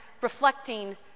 reflecting